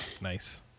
Nice